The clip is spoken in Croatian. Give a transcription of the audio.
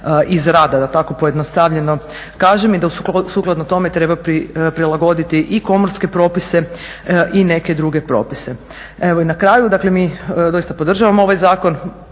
iz rada da tako pojednostavljeno kažem i da sukladno tome treba prilagoditi i komorske propise i neke druge propise. Evo i na kraju mi doista podržavamo ovaj zakon,